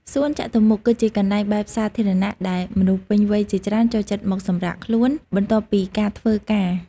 សួនចតុមុខ គឺជាកន្លែងបែបសាធារណៈ ដែលមនុស្សពេញវ័យជាច្រើនចូលចិត្តមកសម្រាកខ្លួន បន្ទាប់ពីការធ្វើការ។